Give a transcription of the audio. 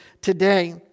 today